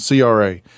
CRA